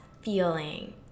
feeling